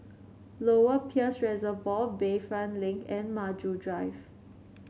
Lower Peirce Reservoir Bayfront Link and Maju Drive